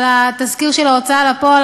על התזכיר של ההוצאה לפועל,